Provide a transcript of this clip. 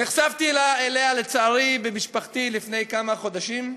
נחשפתי אליה, לצערי, במשפחתי לפני כמה חודשים,